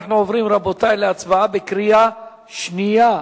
אנחנו עוברים, רבותי, להצבעה בקריאה שנייה.